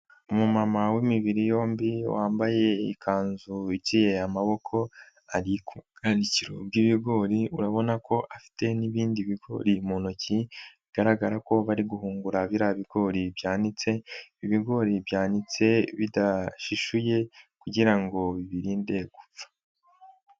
Umumama w'imibiri yombi wambaye ikanzu iciye amaboko, ari kubwanikiro bw'ibigori, urabona ko afite n'ibindi bigori mu ntoki bigaragara ko bari guhungura biriya bigori. Hari n'ibindi bigori byanitse bidashishuye kugira ngo birinde gupfa.